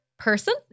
person